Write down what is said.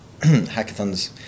hackathons